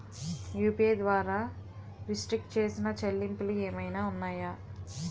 UPI ద్వారా restrict చేసిన చెల్లింపులు ఏమైనా ఉన్నాయా?